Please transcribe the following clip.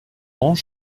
ans